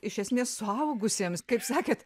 iš esmės suaugusiems kaip sakėt